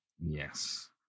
Yes